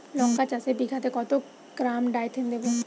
লঙ্কা চাষে বিঘাতে কত গ্রাম ডাইথেন দেবো?